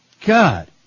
God